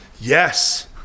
yes